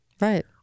Right